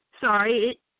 Sorry